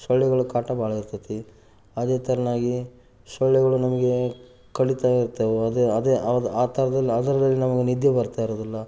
ಸೊಳ್ಳೆಗಳ ಕಾಟ ಭಾಳ ಇರ್ತದೆ ಅದೇ ಥರವಾಗಿ ಸೊಳ್ಳೆಗಳು ನಮಗೆ ಕಡಿತಾ ಇರ್ತವೆ ಅದು ಅದೇ ಆ ಆ ಥರದಲ್ಲಿ ಅದರಲ್ಲೂ ನಮಗೆ ನಿದ್ದೆ ಬರ್ತಾ ಇರೋದಿಲ್ಲ